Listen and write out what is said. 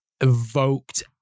evoked